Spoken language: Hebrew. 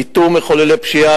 איתור מחוללי פשיעה,